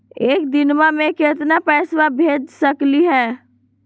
एक दिनवा मे केतना पैसवा भेज सकली हे?